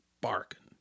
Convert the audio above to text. barking